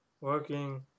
working